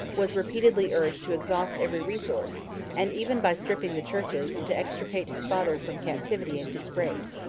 was repeatedly urged to exhaust every resource and even by stripping the churches, to extricate his father from captivity and disgrace.